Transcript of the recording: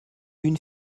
une